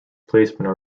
placement